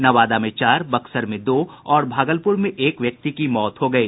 नवादा में चार बक्सर में दो और भागलपुर में एक व्यक्ति की मौत हो गयी